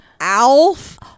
Alf